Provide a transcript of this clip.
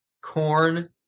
corn